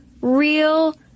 real